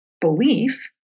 belief